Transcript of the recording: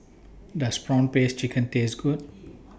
Does Prawn Paste Chicken Taste Good